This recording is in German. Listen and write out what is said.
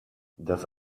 das